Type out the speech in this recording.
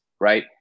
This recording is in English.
Right